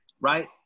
Right